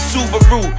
Subaru